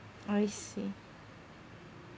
I see